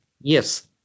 Yes